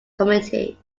community